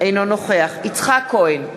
אינו נוכח יצחק כהן,